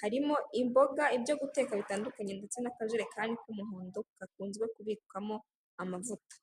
harimo imboga, ibyo guteka bitandukanye, ndetse n'akajerekani k'umuhondo gakunzwe kubikamo amavuta.